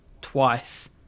twice